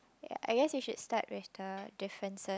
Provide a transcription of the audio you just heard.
I guess you should start with the differences